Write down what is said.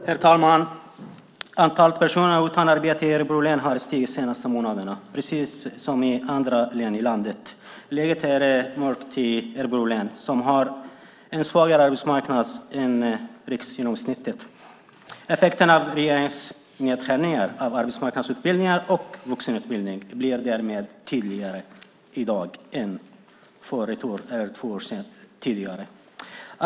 Herr talman! Antalet personer utan arbete i Örebro län har stigit de senaste månaderna precis som i andra län i landet. Det är mörkt i Örebro län. Det har en svagare arbetsmarknad än riksgenomsnittet. Effekterna av regeringens nedskärningar av arbetsmarknadsutbildningar och vuxenutbildning blir därmed tydligare i dag än för två år sedan.